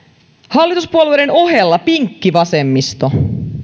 hallituspuolueiden ohella pinkki vasemmisto